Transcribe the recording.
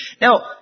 now